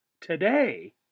today